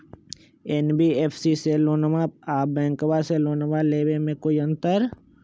NBFC से लोनमा आर बैंकबा से लोनमा ले बे में कोइ अंतर?